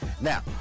Now